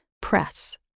press